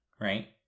right